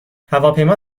هواپیما